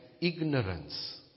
ignorance